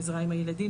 עזרה עם הילדים,